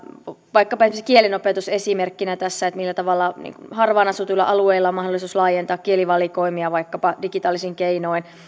vaikkapa kielenopetus esimerkkinä tässä millä tavalla harvaan asutuilla alueilla on mahdollisuus laajentaa kielivalikoimia vaikkapa digitaalisin keinoin